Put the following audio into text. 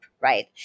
right